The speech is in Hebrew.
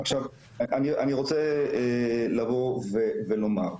אני רוצה לבוא ולומר,